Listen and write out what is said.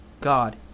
God